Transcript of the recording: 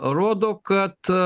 rodo kad